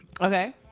Okay